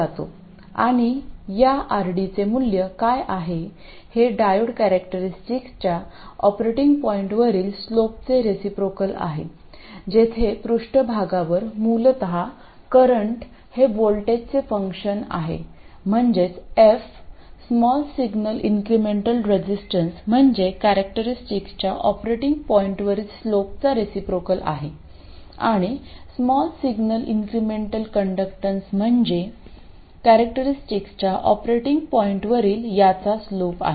आणि या rd चे मूल्य काय आहे हे डायोड कॅरॅक्टेरिस्टिकच्या ऑपरेटिंग पॉईंटवरील स्लोपचे रिसाप्रोकल आहे जिथे पृष्ठभागावर मूलत करंट हे व्होल्टेजचे फंक्शन आहे म्हणजेच f small signal incremental resistance म्हणजे कॅरॅक्टेरिस्टिकच्या ऑपरेटिंग पॉईंटवरील स्लोपचा रिसाप्रोकल आहे आणि स्मॉल सिग्नल इंक्रेमेंटल कण्डक्टन्स म्हणजे कॅरॅक्टेरिस्टिकच्या ऑपरेटिंग पॉईंटवरील याचा स्लोप आहे